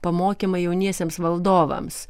pamokymai jauniesiems valdovams